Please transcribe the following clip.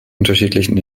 unterschiedlichen